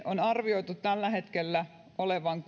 on arvioitu tällä hetkellä olevan